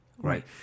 Right